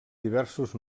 diversos